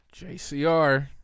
JCR